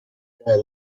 guy